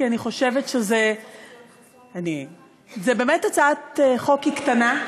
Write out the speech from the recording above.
כי זאת באמת הצעת חוק קטנה,